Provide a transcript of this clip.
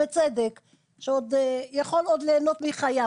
שעוד יכול כרגע להנות מחייו,